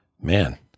Man